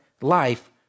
life